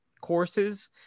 courses